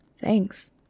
Thanks